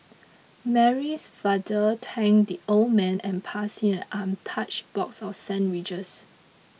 Mary's father thanked the old man and passed him an untouched box of sandwiches